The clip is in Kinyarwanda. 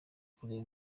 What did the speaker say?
kureba